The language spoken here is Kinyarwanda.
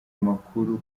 makuru